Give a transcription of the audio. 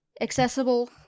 accessible